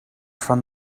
from